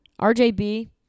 rjb